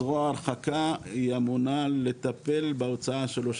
זרוע הרחקה אמונה לטפל בהוצאה שלו.